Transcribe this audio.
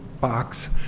box